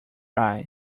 eyes